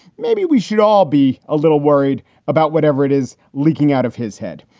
maybe we should all be a little worried about whatever it is leaking out of his head.